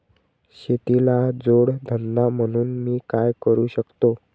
शेतीला जोड धंदा म्हणून मी काय करु शकतो?